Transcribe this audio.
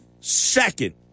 second